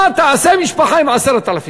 מה תעשה משפחה עם 10,000 שקל?